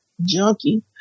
junkie